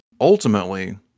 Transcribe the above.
ultimately